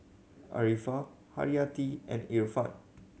Arifa Haryati and Irfan